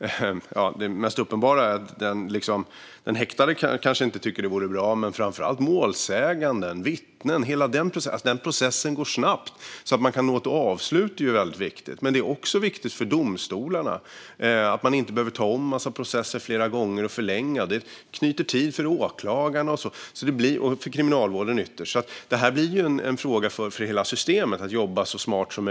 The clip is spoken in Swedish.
Det mest uppenbara är kanske att den häktade inte tycker att det vore bra. Det är också väldigt viktigt att hela processen går snabbt för framför allt målsäganden och vittnen så att de kan nå ett avslut. Detta är även viktigt för domstolarna så att de slipper ta om en massa processer flera gånger och därmed förlänga det hela. Det stjäl tid från åklagarna och ytterst för kriminalvården. Att jobba så smart som möjligt med det här är alltså en fråga för hela systemet.